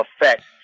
effect